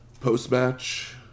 Post-match